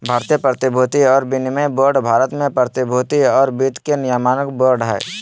भारतीय प्रतिभूति और विनिमय बोर्ड भारत में प्रतिभूति और वित्त के नियामक बोर्ड हइ